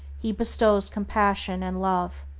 he bestows compassion and love.